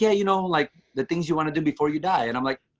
yeah you know, like the things you want to do before you die. and i'm like,